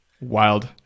wild